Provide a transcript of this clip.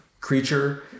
creature